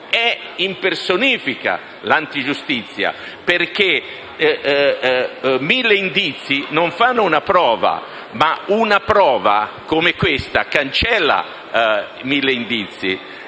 anzi personifica l'antigiustizia perché mille indizi non fanno una prova, ma una prova come questa cancella mille indizi.